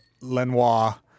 Lenoir